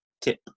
tip